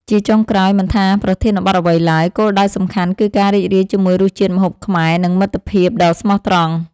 ជាចុងក្រោយ មិនថាប្រធានបទអ្វីឡើយ គោលដៅសំខាន់គឺការរីករាយជាមួយរសជាតិម្ហូបខ្មែរ និងមិត្តភាពដ៏ស្មោះត្រង់។